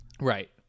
Right